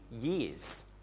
years